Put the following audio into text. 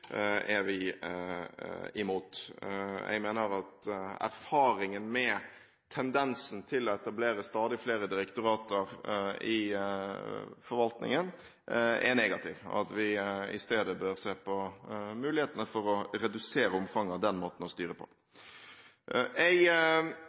er vi imot. Jeg mener at erfaringen med tendensen til å etablere stadig flere direktorater i forvaltningen er negativ, og at vi i stedet bør se på mulighetene for å redusere omfanget av den måten å styre på.